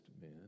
men